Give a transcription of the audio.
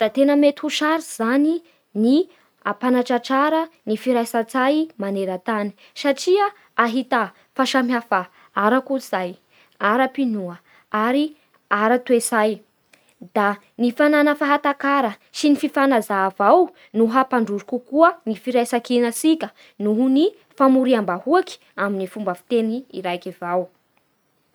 Da tena mety ho sarotsy zany ny ampanatratrara ny firaisan-tsay satria ahita fahasamihafa ara-kolotsay, ara-pinoa ary ara-toetsay, da ny fanana fahatakara sy ny fifanaja avao no hampandroso kokoa ny firaisankinatsika nohon'ny famoriam-bahoaky amin'ny fomba fiteny iraiky avao